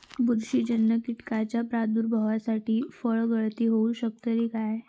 बुरशीजन्य कीटकाच्या प्रादुर्भावामूळे फळगळती होऊ शकतली काय?